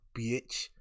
bitch